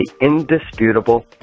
indisputable